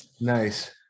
Nice